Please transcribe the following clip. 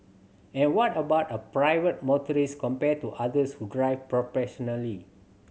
and what about a private motorist compared to others who drive professionally